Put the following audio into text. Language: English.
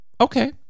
okay